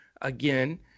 again